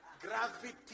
gravity